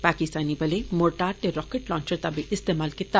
पाकिस्तानी बलें मोर्टार ते rocket launcher दा बी इस्तेमाल कीता